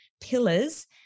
pillars